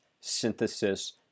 synthesis